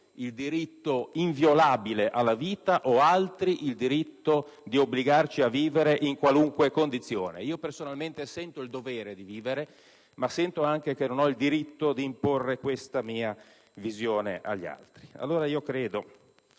il diritto inviolabile alla vita o altri il diritto di obbligarci a vivere in qualunque condizione? Io personalmente sento il dovere di vivere, ma sento anche che non ho il diritto di imporre questa mia visione agli altri. Allora, credo